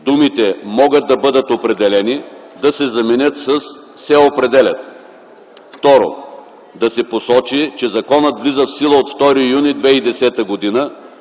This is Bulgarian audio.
думите „могат да бъдат определени” да се заменят със „се определят”. 2. Да се посочи, че законът влиза в сила от 2 юни 2010 г.,